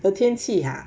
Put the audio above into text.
the 天气哈